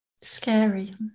scary